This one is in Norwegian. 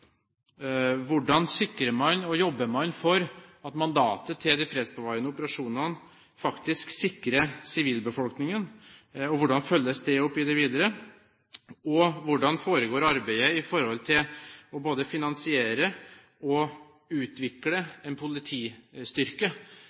Hvordan sikrer man og jobber man for at mandatet til de fredsbevarende operasjonene faktisk sikrer sivilbefolkningen, og hvordan følges det opp videre? Og hvordan foregår arbeidet i forhold til både å finansiere og utvikle en politistyrke